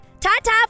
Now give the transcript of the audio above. Ta-ta